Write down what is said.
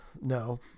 No